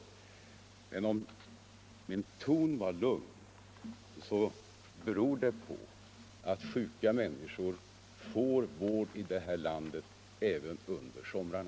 Om fru af Ugglas tycker att jag använt en lugn ton i mina inlägg så kan det bero på att jag vet att sjuka människor får vård i det här landet även under somrarna.